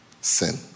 sin